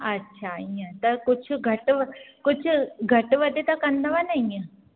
अच्छा ईअं त कुझु घटि कुझु घटि वधि त कंदव न ईअं